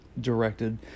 directed